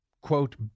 quote